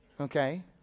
Okay